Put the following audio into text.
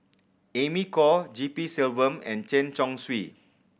Amy Khor G P Selvam and Chen Chong Swee